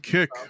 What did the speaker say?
Kick